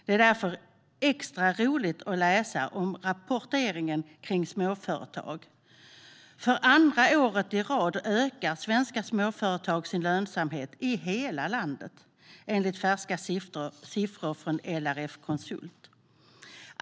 Det är därför extra roligt att läsa om rapporteringen kring småföretag. För andra året i rad ökar svenska småföretag sin lönsamhet i hela landet, enligt färska siffror från LRF Konsult.